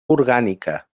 orgànica